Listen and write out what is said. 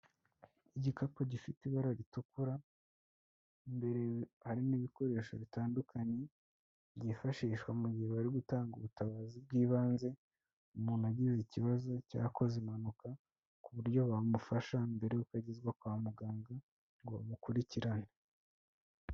Igikapu gifite ibara ritukura, imbere harimo n'ibikoresho bitandukanye, byifashishwa mu gihe bari gutanga ubutabazi bw'ibanze, umuntu agize ikibazo cya akoze impanuka, ku buryo bamufasha mbere yuko agezwa kwa muganga, ngo bamukurikirane.